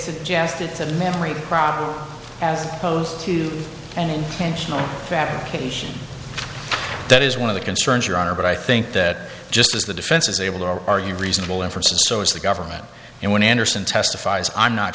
suggested that memory problem as opposed to an intentional fabrication that is one of the concerns your honor but i think that just as the defense is able to argue reasonable inferences so as the government and when anderson testifies i'm not